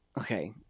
Okay